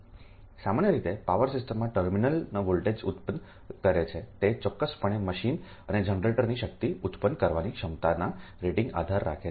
સામાન્ય રીતે પાવર સિસ્ટમમાં ટર્મિનલ વોલ્ટેજ ઉત્પન્ન કરે છે તે ચોક્કસપણે મશીન અને જનરેટરની શક્તિ ઉત્પન્ન કરવાની ક્ષમતાના રેટિંગ આધાર રાખે છે